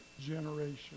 generation